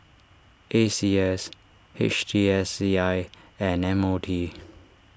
A C S H T S C I and M O T